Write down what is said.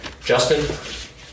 Justin